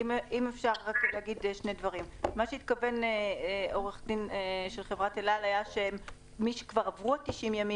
מה שהתכוון העו"ד של חברת אל על שמי שכבר עברו 90 ימים